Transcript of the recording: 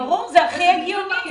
ברור, זה הכי הגיוני.